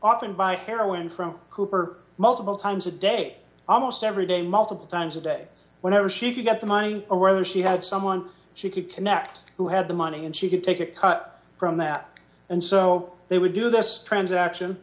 often buy heroin from cooper multiple times a day almost every day multiple times a day whenever she could get the money or whether she had someone she could connect who had the money and she could take a cut from that and so they would do this transaction